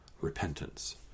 repentance